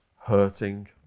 hurting